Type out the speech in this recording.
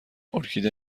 ارکیده